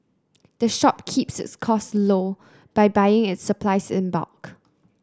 the shop keeps its costs low by buying its supplies in bulk